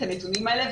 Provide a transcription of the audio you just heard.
את הנתונים האלה,